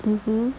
(uh huh)